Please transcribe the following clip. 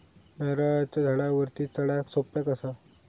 नारळाच्या झाडावरती चडाक सोप्या कसा?